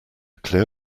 clear